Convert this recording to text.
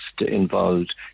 involved